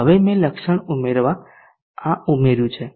હવે મેં લક્ષણ ઉમેરવા આ ઉમેર્યું છે